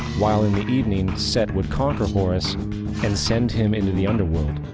while in the evening, set would conquer horus and send him into the underworld.